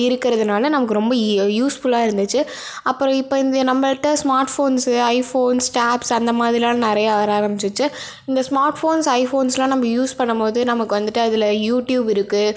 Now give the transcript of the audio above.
இருக்கிறதுனால நமக்கு ரொம்ப இ யூஸ்ஃபுல்லாக இருந்துச்சு அப்புறம் இப்போ இந்த நம்மள்ட்ட ஸ்மார்ட் ஃபோன்ஸு ஐஃபோன்ஸ் டேப்ஸ் அந்த மாதிரிலாம் நிறையா வர்ற ஆரம்பிச்சிச்சி இந்த ஸ்மார்ட் ஃபோன்ஸ் ஐஃபோன்ஸ்லாம் நம்ம யூஸ் பண்ணும் போது நமக்கு வந்துட்டு அதில் யூடியூப் இருக்குது